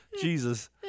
Jesus